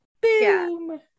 Boom